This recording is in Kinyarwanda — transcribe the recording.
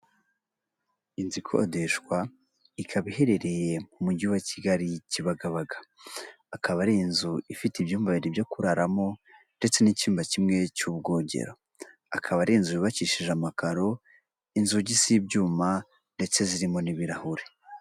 Inzu ikodeshwa ikaba iherereye mu mujyi wa kigali kibagabaga. Akaba ari inzu ifite ibyumba bibiri byo kuraramo ndetse n'icyumba kimwe cy'ubwogero. Akaba ari inzu yubakishije amakaro, inzugi z'ibyuma ndetse zirimo n'ibirahuri.